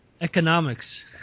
economics